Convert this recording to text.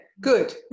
good